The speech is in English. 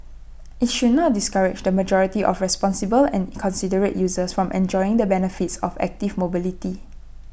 IT should not discourage the majority of responsible and considerate users from enjoying the benefits of active mobility